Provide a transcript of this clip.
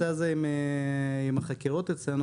צריך להתייעץ בנושא הזה עם החקירות אצלנו,